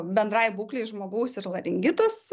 bendrai būklei žmogaus ir laringitas